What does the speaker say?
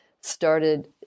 started